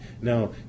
Now